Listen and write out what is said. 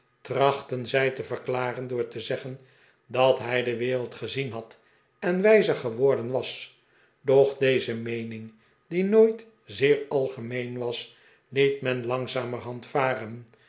trachtten zij te verklaren door te zeggen dat hij de wereld gezien had en wijzer geworden was doch deze meening die nooit zeer algemeen was liet men langzamerhand varen